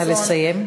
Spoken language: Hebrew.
נא לסיים.